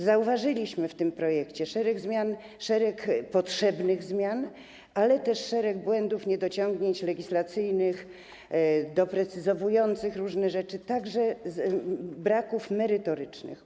Zauważyliśmy w tym projekcie szereg zmian, szereg potrzebnych zmian, ale też szereg błędów, niedociągnięć legislacyjnych dotyczących doprecyzowania różnych rzeczy, a także braków merytorycznych.